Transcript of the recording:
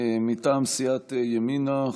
מטעם סיעת ימינה,